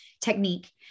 technique